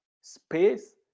space